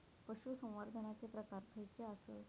पशुसंवर्धनाचे प्रकार खयचे आसत?